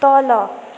तल